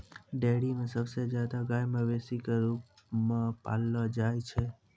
dairy म सबसे जादा गाय मवेशी क रूप म पाललो जाय छै